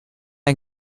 ein